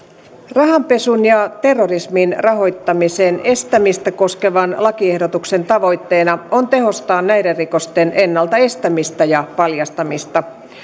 rahanpesun ja terrorismin rahoittamisen estämistä koskevan lakiehdotuksen tavoitteena on tehostaa näiden rikosten ennalta estämistä ja paljastamista